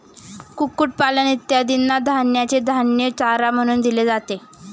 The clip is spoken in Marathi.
कुक्कुटपालन इत्यादींना धान्याचे धान्य चारा म्हणून दिले जाते